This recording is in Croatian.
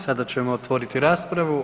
Sada ćemo otvoriti raspravu.